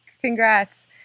congrats